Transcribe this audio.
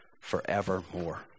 forevermore